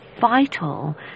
vital